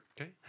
Okay